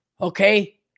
Okay